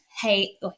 Hey